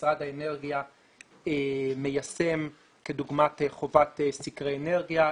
שמשרד האנרגיה מיישם כדוגמת חובת סקרי אנרגיה,